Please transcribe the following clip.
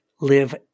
Live